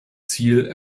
ziel